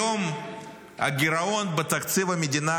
היום הגירעון בתקציב המדינה,